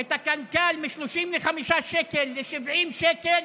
את הקנקל מ-35 שקל ל-70 שקל,